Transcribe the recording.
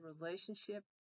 relationship